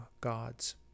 gods